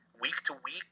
week-to-week